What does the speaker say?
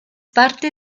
parte